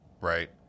right